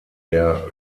der